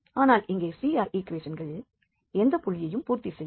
ஆனால் இங்கே CR ஈக்குவேஷன்கள் எந்த புள்ளியையும் பூர்த்தி செய்யாது